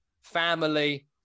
family